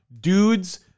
dudes